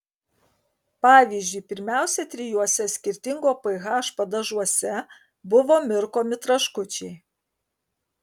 pavyzdžiui pirmiausia trijuose skirtingo ph padažuose buvo mirkomi traškučiai